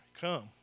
come